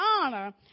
honor